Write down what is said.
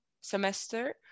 semester